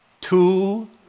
two